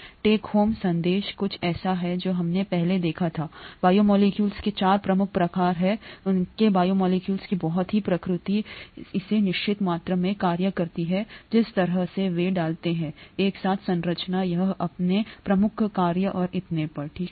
take home संदेश कुछ ऐसा है जो हमने पहले देखा थाबायोमोलेक्यूल्स के 4 प्रमुख प्रकार उनके बायोमोलेक्यूल्स की बहुत ही प्रकृति इसे निश्चित मात्रा में कार्य करती है जिस तरह से वे डालते हैं एक साथ संरचना यह अपने प्रमुख कार्य और इतने पर ठीक है